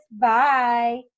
Bye